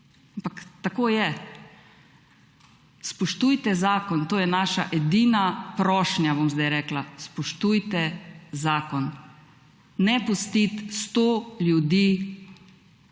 tako je. Spoštujete zakon, to je naša edina prošnja, bom sedaj rekla. Spoštujete zakon. Ne pustiti sto ljudi